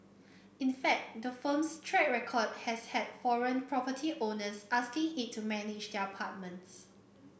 in fact the firm's track record has had foreign property owners asking it to manage their apartments